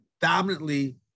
dominantly